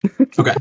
Okay